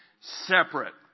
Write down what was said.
Separate